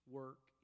work